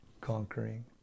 conquering